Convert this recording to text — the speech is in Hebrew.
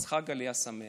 אז חג עלייה שמח.